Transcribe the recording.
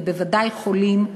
ובוודאי חולים,